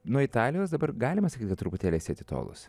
nuo italijos dabar galima sakyt kad truputėlį esi atitolusi